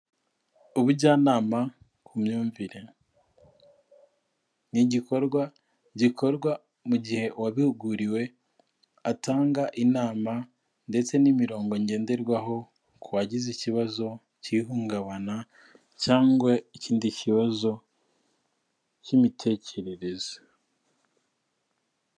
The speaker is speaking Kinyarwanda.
Ubujyanama ku myumvire, ni igikorwa gikorwa mu gihe uwabihuguriwe atanga inama ndetse n'imirongo ngenderwaho ku wagize ikibazo cy'ihungabana cyangwa ikindi kibazo cy'imitekerereze.